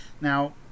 Now